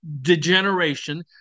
degeneration